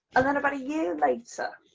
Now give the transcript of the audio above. and then about a year later,